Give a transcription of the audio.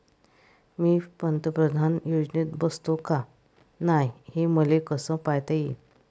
मी पंतप्रधान योजनेत बसतो का नाय, हे मले कस पायता येईन?